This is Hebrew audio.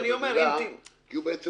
הוא אומר: זה בעצם